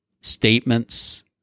statements